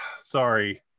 sorry